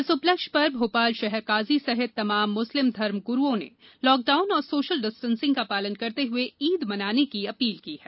इस उपलक्ष्य पर भोपाल शहरकाजी सहित तमाम मुस्लिम धर्म गुरूओं ने लॉकडाउन और सोशल डिस्टेंसिंग का पालन करते हुए ईद मनाने की अपील की है